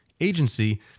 Agency